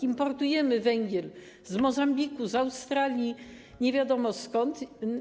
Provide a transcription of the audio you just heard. Importujemy węgiel z Mozambiku, z Australii, nie wiadomo skąd.